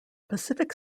pacific